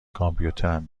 کامپیوترم